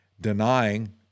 denying